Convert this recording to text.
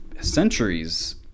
Centuries